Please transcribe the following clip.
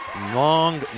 long